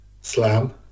Slam